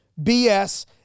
BS